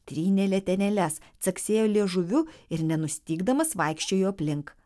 trynė letenėles caksėjo liežuviu ir nenustygdamas vaikščiojo aplink